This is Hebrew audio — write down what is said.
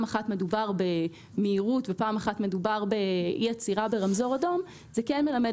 אחת מדובר במהירות ופעם אחת מדובר באי עצירה ברמזור אדום זה כן מלמד